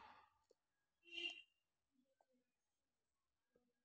చెల్లింపు వ్యవస్థ అంటే ఏమిటి?